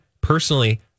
Personally